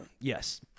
Yes